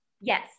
yes